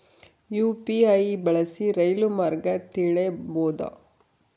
UPI ಬಳಸಿ ರೈಲು ಮಾರ್ಗ ತಿಳೇಬೋದ?